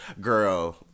girl